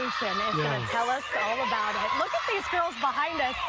tell us all about it. it. look at these girls behind us.